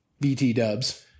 BT-dubs